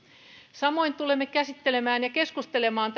samoin tulemme käsittelemään tätä kokonaisuutta ja keskustelemaan